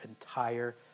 entire